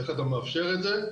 איך אתה מאפשר את זה?